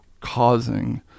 causing